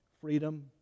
freedom